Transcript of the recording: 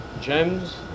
gems